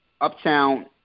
Uptown